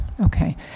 Okay